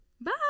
bye